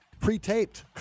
pre-taped